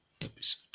episode